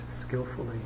skillfully